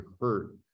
hurt